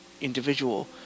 individual